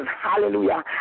hallelujah